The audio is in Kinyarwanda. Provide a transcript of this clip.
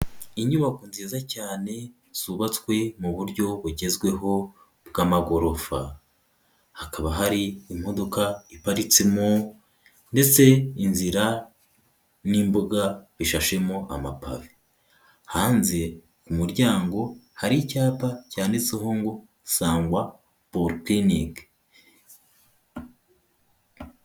Inyubako nziza cyane zubatswe mu buryo bugezweho bw'amagorofa, hakaba hari imodoka iparitsemo ndetse inzira, n'imbuga bishashemo amapavi. Hanze ku muryango hari icyapa cyanditseho ngo Sangwa polyclinic.